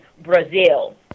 Brazil